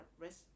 risk